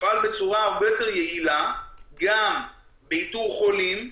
יפעל בצורה הרבה יותר יעילה, גם באיתור חולים.